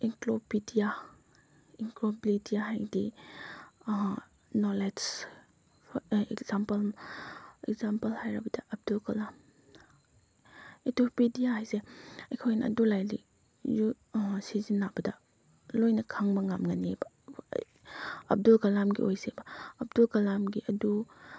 encyclopaedia encyclopedia ꯍꯥꯏꯗꯤ knowledge for example example ꯍꯥꯏꯔꯕꯗ Abdul Kalam encyclopedia ꯍꯥꯏꯁꯦ ꯑꯩꯈꯣꯏꯅ ꯑꯗꯨ ꯂꯩꯔꯗꯤ ꯁꯤꯖꯤꯟꯅꯕꯗ ꯂꯣꯏꯅ ꯈꯪꯕ ꯉꯝꯒꯅꯤꯕ ꯑꯕꯗꯨꯜ ꯀꯂꯥꯝꯒꯤ ꯑꯣꯏꯁꯦꯕ ꯑꯕꯗꯨꯜ ꯀꯂꯥꯝꯒꯤ ꯑꯗꯨ